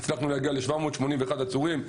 הצלחנו להגיע ל-781 עצורים.